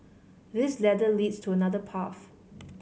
this ladder leads to another path